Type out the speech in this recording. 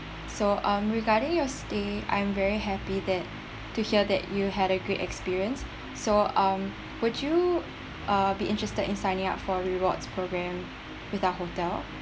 so um regarding your stay I'm very happy that to hear that you had a great experience so um would you(uh) be interested in signing up for rewards programme with our hotel